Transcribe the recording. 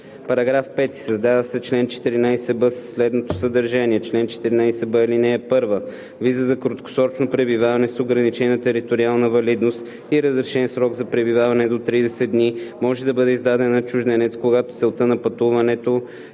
§ 5: § 5. Създава се чл. 14б със следното съдържание: „Чл. 14б. (1) Виза за краткосрочно пребиваване с ограничена териториална валидност и разрешен срок за пребиваване до 30 дни може да бъде издадена на чужденец, когато целта на пътуването